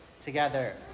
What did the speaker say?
together